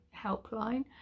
helpline